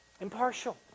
impartial